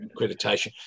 accreditation